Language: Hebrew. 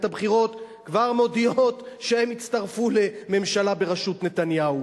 הבחירות כבר מודיעות שהן יצטרפו לממשלה בראשות נתניהו,